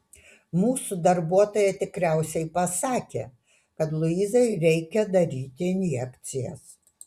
mūsų darbuotoja tikriausiai pasakė kad luizai reikia daryti injekcijas